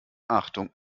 achtung